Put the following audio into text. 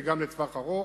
וגם לטווח הארוך.